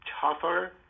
tougher